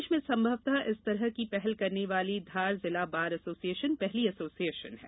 प्रदेश में संभवतः इस तरह की पहल करने वाली धार जिला बार एसोसिएशन पहली एसोसिएशन है